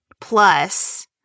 plus